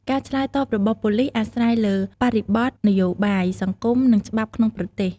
ការឆ្លើយតបរបស់ប៉ូលីសអាស្រ័យលើបរិបទនយោបាយ សង្គម និងច្បាប់ក្នុងប្រទេស។